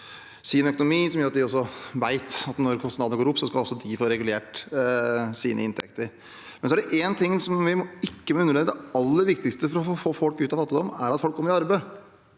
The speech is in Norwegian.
sin økonomi, noe som gjør at også de vet at når kostnadene går opp, skal de få regulert sine inntekter. Det er én ting vi ikke må undervurdere: Det aller viktigste for å få folk ut av fattigdom er at folk kommer i ar beid.